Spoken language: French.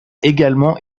également